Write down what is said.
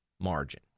margin